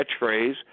catchphrase